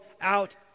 out